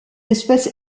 espèce